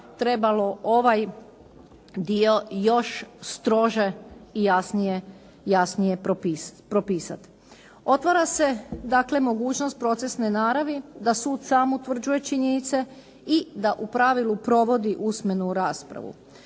trebalo ovaj dio još strože i jasnije propisati. Otvara se dakle mogućnost procesne naravi da sud sam utvrđuje činjenice i da u pravilu provodi usmenu raspravu